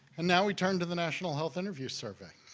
and now we turn to the national health interview survey.